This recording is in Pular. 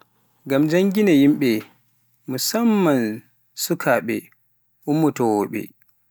ngam janngina yimbe musamman sukaaɓe, ummowooɓe.